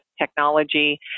technology